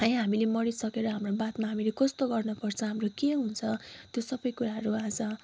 अहिले हामीले मरिसकेर हाम्रो बादमा कसरी गर्नपर्छ हाम्रो के हुन्छ त्यो सबै कुराहरू आज